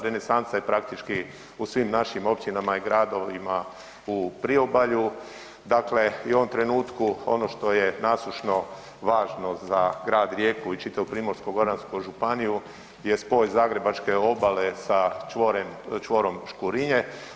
Renesansa je praktički u svim našim općinama i gradovima u Priobalju, dakle i u ovom trenutku ono što je nasušno važno za grad Rijeku i čitavu Primorsko-goransku županiju je spoj zagrebačke obale sa čvorem, čvorom Škurinje.